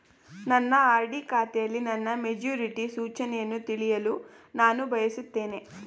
ನನ್ನ ಆರ್.ಡಿ ಖಾತೆಯಲ್ಲಿ ನನ್ನ ಮೆಚುರಿಟಿ ಸೂಚನೆಯನ್ನು ತಿಳಿಯಲು ನಾನು ಬಯಸುತ್ತೇನೆ